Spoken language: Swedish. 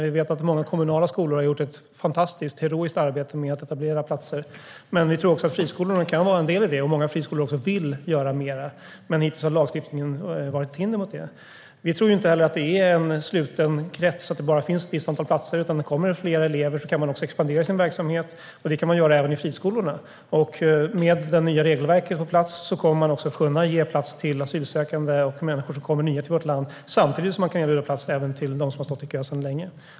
Vi vet att många kommunala skolor har gjort ett fantastiskt, heroiskt arbete med att etablera platser. Men vi tror också friskolorna kan vara en del i det. Många friskolor vill också göra mer, men hittills har lagstiftningen varit ett hinder mot det. Vi tror heller inte att det är en sluten krets och att det bara finns ett visst antal platser. Kommer det fler elever kan man expandera i sin verksamhet, och det kan man göra även i friskolorna. Med det nya regelverket på plats kommer man att kunna ge plats till asylsökande och människor som kommer nya till vårt land samtidigt som man kan erbjuda plats även till dem som stått i kö sedan länge.